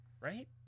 Right